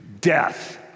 death